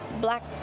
black